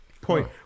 Point